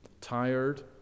tired